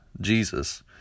Jesus